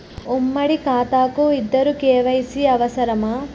ఉమ్మడి ఖాతా కు ఇద్దరు కే.వై.సీ అవసరమా?